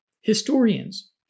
historians